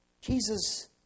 Jesus